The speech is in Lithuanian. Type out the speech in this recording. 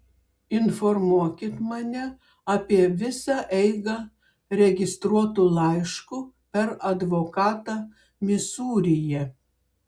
informuokit mane apie visą eigą registruotu laišku per advokatą misūryje